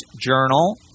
Journal